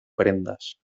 prendas